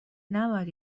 نباید